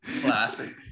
Classic